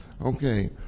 Okay